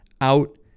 out